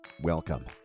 Welcome